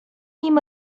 nim